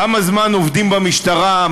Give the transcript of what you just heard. כמה זמן עובדים במשטרה,